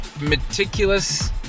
meticulous